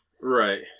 Right